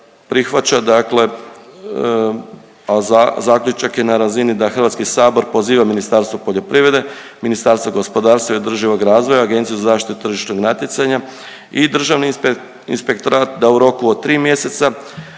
prihvaća, dakle a zaključak je na razini da HS poziva Ministarstvo poljoprivrede, Ministarstvo gospodarstva i održivog razvoja, Agenciju za zaštitu tržišnog natjecanja i Državni inspektorat da u roku od tri mjeseca